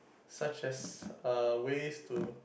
such as uh ways to